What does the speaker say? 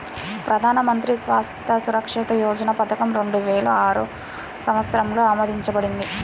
ప్రధాన్ మంత్రి స్వాస్థ్య సురక్ష యోజన పథకం రెండు వేల ఆరు సంవత్సరంలో ఆమోదించబడింది